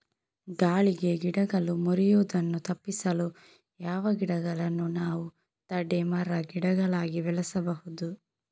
ಗಾಳಿಗೆ ಗಿಡಗಳು ಮುರಿಯುದನ್ನು ತಪಿಸಲು ಯಾವ ಗಿಡಗಳನ್ನು ನಾವು ತಡೆ ಮರ, ಗಿಡಗಳಾಗಿ ಬೆಳಸಬಹುದು?